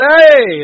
Hey